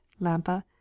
Lampa